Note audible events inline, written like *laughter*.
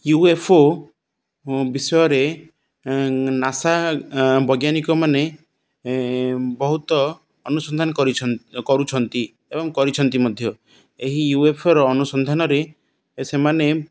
you F O ବିଷୟରେ NASA ବୈଜ୍ଞାନିକମାନେ ବହୁତ ଅନୁସନ୍ଧାନ *unintelligible* କରୁଛନ୍ତି ଏବଂ କରିଛନ୍ତି ମଧ୍ୟ ଏହି ୟୁଏଫଓର ଅନୁସନ୍ଧାନରେ ସେମାନେ